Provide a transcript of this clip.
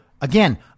again